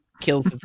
kills